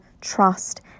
trust